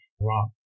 rock